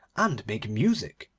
and make music.